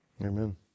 Amen